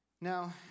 Now